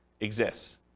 exists